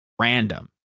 random